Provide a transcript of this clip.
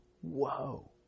Whoa